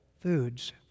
foods